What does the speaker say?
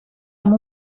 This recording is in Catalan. amb